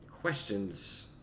questions